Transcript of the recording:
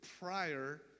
prior